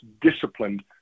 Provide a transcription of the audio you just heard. disciplined